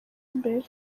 imbere